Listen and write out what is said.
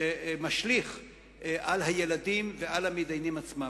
שמשליך על הילדים ועל המתדיינים עצמם?